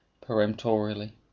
peremptorily